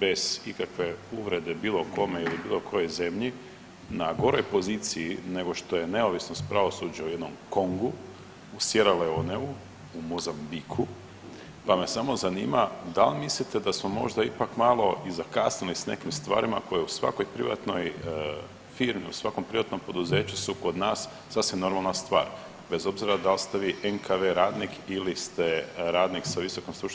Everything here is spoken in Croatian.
bez ikakve uvrede bilo kome ili bilo kojoj zemlji, na goroj poziciji nego što je neovisnost pravosuđa u jednom Kongu, u Siera Leoneu, u Mozambiku pa me samo zanima da li mislite da li smo možda ipak malo i zakasnili s nekim stvarima koje u svakoj privatnoj firmi u svakom privatnom poduzeću kod nas sasvim normalna stvar, bez obzira da li ste vi NKV radnik ili ste radnik sa VSS-om.